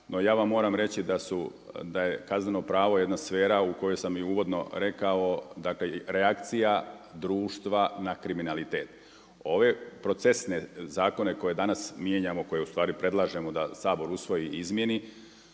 No ja vam moram reći da je kazneno pravo jedna sfera o kojoj sam uvodno rekao dakle reakcija društva na kriminalitet. Ove procesne zakone koje danas mijenjamo koje ustvari predlažemo da Sabor usvoji i izmjeni